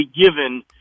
given